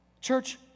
Church